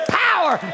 power